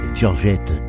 Georgette